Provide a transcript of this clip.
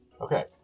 okay